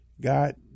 God